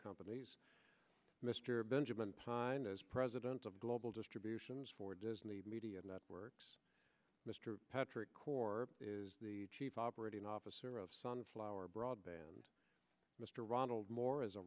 companies mr benjamin pine is president of global distributions for disney media networks mr patrick corp is the chief operating officer of sunflower broadband mr ronald moore as a